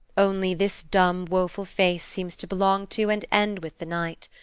only this dumb, woful face seems to belong to and end with the night.